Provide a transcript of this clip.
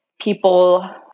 people